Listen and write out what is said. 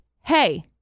hey